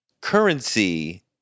currency